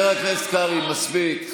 מספיק.